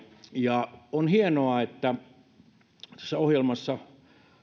ja on hienoa että tässä ohjelmassa